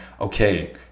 okay